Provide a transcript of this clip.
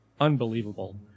unbelievable